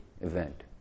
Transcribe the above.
event